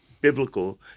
biblical